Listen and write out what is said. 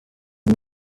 his